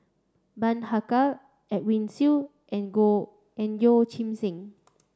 Bani Haykal Edwin Siew and and Yeoh Ghim Seng